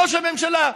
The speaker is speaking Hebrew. ראש הממשלה,